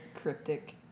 Cryptic